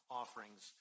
offerings